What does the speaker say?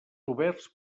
oberts